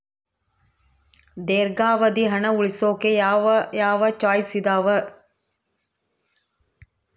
ದೇರ್ಘಾವಧಿ ಹಣ ಉಳಿಸೋಕೆ ಯಾವ ಯಾವ ಚಾಯ್ಸ್ ಇದಾವ?